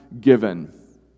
given